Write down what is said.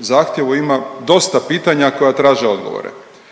zahtjevu ima dosta pitanja koja traže odgovore,